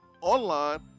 online